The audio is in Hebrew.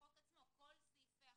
החוק עצמו, כל סעיפים החוק.